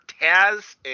Taz